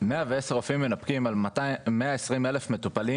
על כ-120,000 מטופלים.